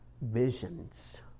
visions